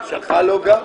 גם לא שלך.